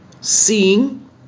Seeing